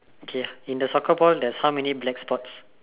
okay in the soccer ball there's how many black spots